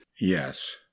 Yes